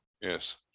Yes